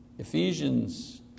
Ephesians